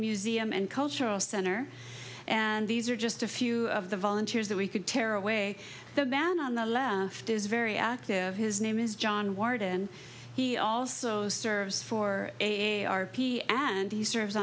museum and cultural center and these are just a few of the volunteers that we could tear away the band on the left is very active his name is john warden he also serves for a r p and he serves